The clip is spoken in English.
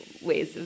ways